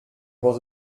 was